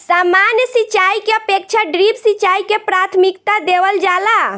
सामान्य सिंचाई के अपेक्षा ड्रिप सिंचाई के प्राथमिकता देवल जाला